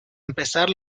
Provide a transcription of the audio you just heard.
empezar